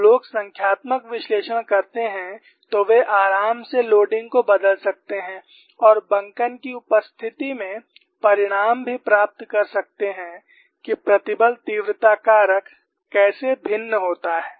जब लोग संख्यात्मक विश्लेषण करते हैं तो वे आराम से लोडिंग को बदल सकते हैं और बंकन की उपस्थिति में परिणाम भी प्राप्त कर सकते हैं कि प्रतिबल तीव्रता कारक कैसे भिन्न होता है